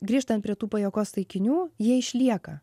grįžtant prie tų pajuokos taikinių jie išlieka